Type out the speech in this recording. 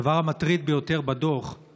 הדבר המטריד ביותר בדוח הוא